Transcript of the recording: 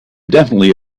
definitely